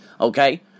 okay